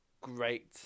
great